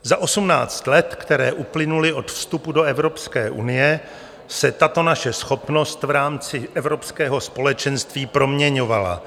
Za 18 let, která uplynula od vstupu do Evropské unie, se tato naše schopnost v rámci evropského společenství proměňovala.